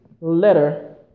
letter